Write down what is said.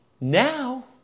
Now